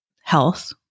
health